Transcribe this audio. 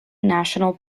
national